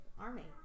Army